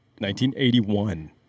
1981